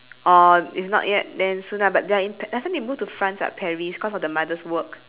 or if not yet then soon ah but they're in I think they move to france [what] paris cause of the mother's work